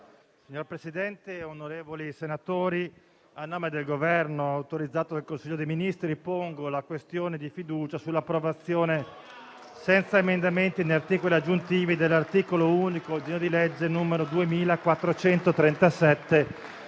Signor Presidente, onorevoli senatori, a nome del Governo, autorizzato dal Consiglio dei ministri, pongo la questione di fiducia sull'approvazione, senza emendamenti né articoli aggiuntivi, dell'articolo unico del disegno di